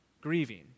grieving